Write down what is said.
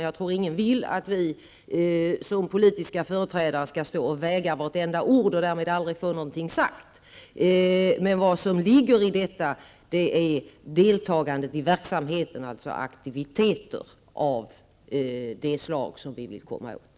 Jag tror inte att någon vill att vi som politiska företrädare skall väga vartenda ord och därmed aldrig få någonting sagt. Vad som åsyftas är deltagande i verksamheten, dvs. aktiviteter av det slag som vi vill komma åt.